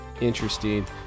interesting